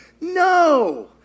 no